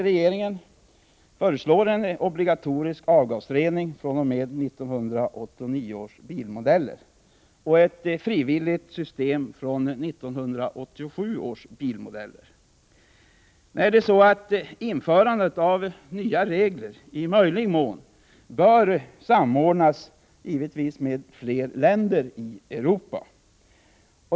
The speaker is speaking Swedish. regler bör givetvis i möjlig mån samordnas med fler länder i Europa.